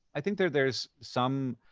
i think that there's some,